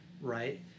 right